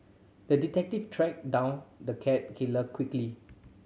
the detective tracked down the cat killer quickly